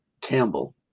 Campbell